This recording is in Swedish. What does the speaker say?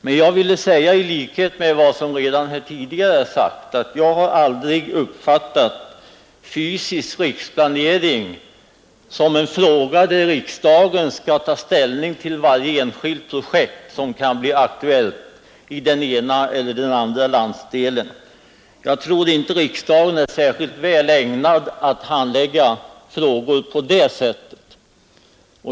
Men jag ville säga — i likhet med vad andra talare redan tidigare här har anfört — att jag har aldrig uppfattat fysisk riksplanering som en fråga där riksdagen skall ta ställning till varje enskilt projekt som kan bli aktuellt i den ena eller andra landsdelen. Jag tror inte riksdagen är särskilt väl ägnad att handlägga frågor på det sättet.